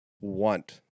want